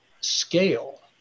scale